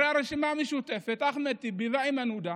הרי הרשימה המשותפת, אחמד טיבי ואיימן עודה,